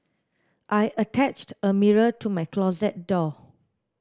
I attached a mirror to my closet door